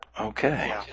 Okay